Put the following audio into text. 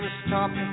stop